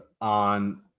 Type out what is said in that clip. on